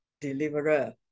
deliverer